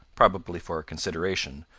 probably for a consideration,